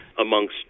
amongst